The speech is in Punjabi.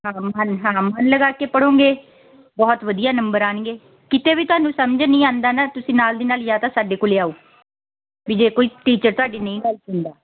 ਹਾਂ ਮਨ ਹਾਂ ਮਨ ਲਗਾ ਕੇ ਪੜ੍ਹੋਗੇ ਬਹੁਤ ਵਧੀਆ ਨੰਬਰ ਆਉਣਗੇ ਕਿਤੇ ਵੀ ਤੁਹਾਨੂੰ ਸਮਝ ਨਹੀਂ ਆਉਂਦਾ ਨਾ ਤੁਸੀਂ ਨਾਲ ਦੀ ਨਾਲ ਜਾਂ ਤਾਂ ਸਾਡੇ ਕੋਲ ਆਓ ਵੀ ਜੇ ਕੋਈ ਟੀਚਰ ਤੁਹਾਡੀ ਨਹੀਂ ਹੈਲਪ ਦਿੰਦਾ